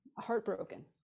heartbroken